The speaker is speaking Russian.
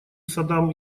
садам